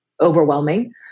overwhelming